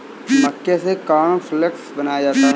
मक्के से कॉर्नफ़्लेक्स बनाया जाता है